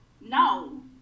No